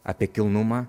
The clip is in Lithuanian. apie kilnumą